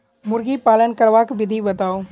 मुर्गी पालन करबाक विधि बताऊ?